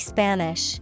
Spanish